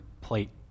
plate